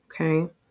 okay